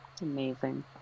Amazing